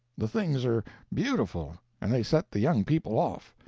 the things are beautiful, and they set the young people off.